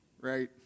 Right